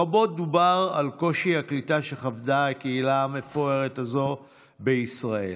רבות דובר על קשיי הקליטה שחוותה הקהילה המפוארת הזאת בישראל,